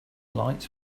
lights